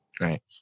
Right